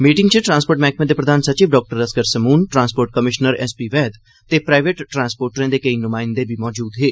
meeting च transport मैह्कमे दे प्रधान सचिव doctor Asgar Samoon transport commissioner S P Vaid ते प्राईवेट ट्रांसपोटरेँ दे कोई नुमाइंदें बी मौजूद हे